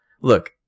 Look